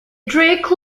drake